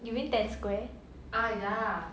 you mean ten square